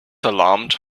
alarmed